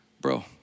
Bro